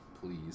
Please